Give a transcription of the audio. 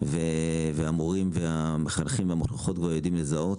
והמורים והמחנכים והמחנכות כבר יודעים לזהות